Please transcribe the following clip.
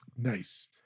Nice